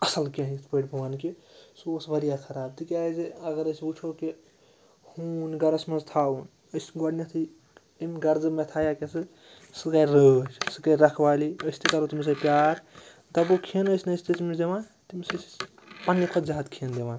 اَصٕل کیٚنٛہہ یِتھ پٲٹھۍ بہٕ وَنہٕ کہِ سُہ اوس واریاہ خراب تِکیٛازِ اگر أسۍ وٕچھُو کہِ ہوٗن گَرَس منٛز تھاوُن أسۍ گۄڈٕنٮ۪تھٕے اَمہِ غرضہٕ مےٚ تھایا کیٛازِ سُہ سُہ کَرِ رٲچھ سُہ کَرِ رَکھوالی أسۍ تہِ کَرو تٔمِس سۭتۍ پیار دَپو کھٮ۪ن ٲسۍ نہٕ أسۍ تہِ تٔمِس دِوان تٔمِس ٲسۍ أسۍ پنٛنہِ کھۄتہٕ زیادٕ کھٮ۪ن دِوان